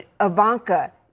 Ivanka